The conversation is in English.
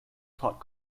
taught